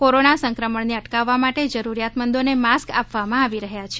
corona સંક્રમણને અટકાવવા માટે જરૂરિયાતમંદોને માસ્ક આપવામાં આવી રહ્યા છે